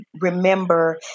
remember